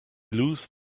loosened